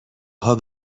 هات